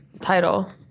title